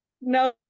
No